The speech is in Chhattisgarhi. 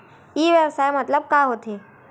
ई व्यवसाय मतलब का होथे?